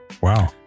Wow